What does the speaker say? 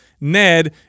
Ned